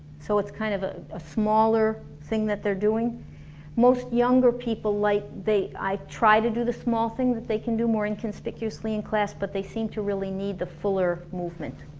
so it's kind of a smaller thing that they're doing most younger people like, they i tried to do the small thing that they can do inconspicuously in class, but they seem to really need the fuller movement